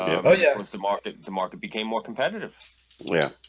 yeah ah yeah what's the market the market became more competitive yeah?